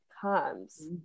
comes